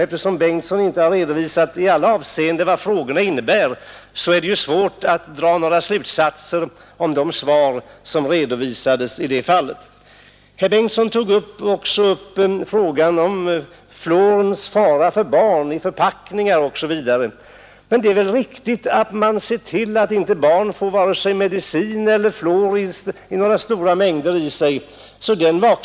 Eftersom herr Bengtsson inte i alla avseenden redovisade frågorna är det svårt att dra slutsatser av svaren. Herr Bengtsson nämnde också att det på fluorförpackningar anges att fluor bör förvaras oåtkomligt för barn. Det är väl riktigt att man ser till att barn inte får vare sig medicin eller fluor i sig i några stora mängder.